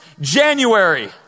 January